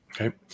Okay